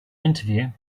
interview